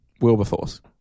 Wilberforce